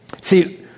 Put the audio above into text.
See